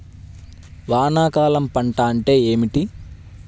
వానాకాలం పంట అంటే ఏమిటి?